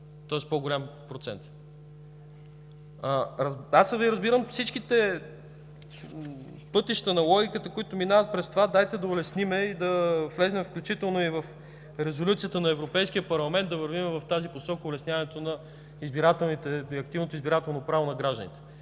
тоест по-голям процент. Аз разбирам всички пътища на логиката, които минават през това: дайте да улесним и да влезем включително и в резолюцията на Европейския парламент, да вървим в тази посока – улесняването на активното избирателно право на гражданите.